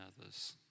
others